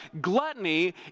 Gluttony